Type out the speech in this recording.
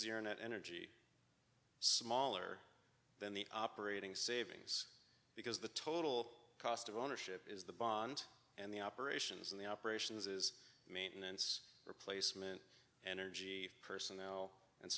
net energy smaller than the operating savings because the total cost of ownership is the bond and the operations and the operations is maintenance replacement energy personnel and